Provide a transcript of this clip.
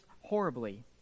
horribly